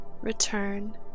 Return